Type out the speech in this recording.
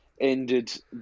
ended